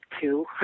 Two